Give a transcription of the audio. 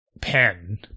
pen